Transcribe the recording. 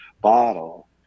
bottle